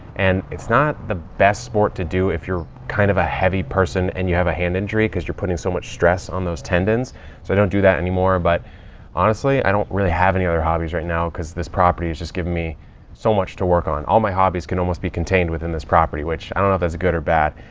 and it's not the best sport to do if you're kind of a heavy person and you have a hand injury because you're putting so much stress on those tendons. so i don't do that anymore. anymore. but honestly i don't really have any other hobbies right now because this property has just given me so much to work on. all my hobbies can almost be contained within this property, which i don't know if that's good or bad.